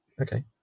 okay